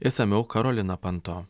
išsamiau karolina panto